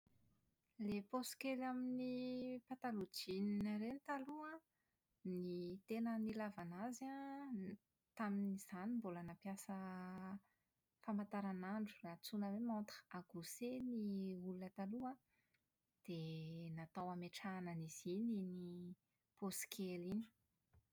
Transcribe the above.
Ilay paosy kely amin'ny pataloha jean ireny taloha an, ny tena nilavana azy an, n- tamin'izany mbola nampiasa famantaranandro antsoina hoe montre à gousset ny olona taloha an, dia natao hametrahana an'izy iny iny paosy kely iny.